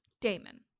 Damon